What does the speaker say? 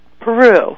Peru